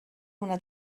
una